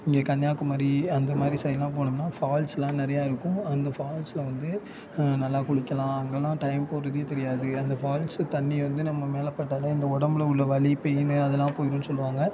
இங்கே கன்னியாகுமரி அந்த மாதிரி சைடுலாம் போனோம்னா ஃபால்ஸ்லாம் நிறையா இருக்கும் அந்த ஃபால்ஸில் வந்து நல்லா குளிக்கலாம் அங்கெல்லாம் டைம் போகிறதே தெரியாது அந்த ஃபால்ஸு தண்ணி வந்து நம்ம மேலே பட்டாலே அந்த உடம்புல உள்ள வலி பெய்ன்னு அதலாம் போய்டும்னு சொல்வாங்க